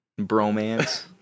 Bromance